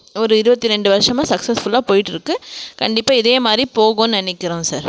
ஒரு இருபத்தி ரெண்டு வருஷமாக சக்சஸ்ஃபுல்லாக போயிட்டிருக்கு கண்டிப்பாக இதே மாதிரி போகுன்னு நினக்கிறோம் சார்